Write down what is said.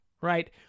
Right